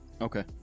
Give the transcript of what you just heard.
Okay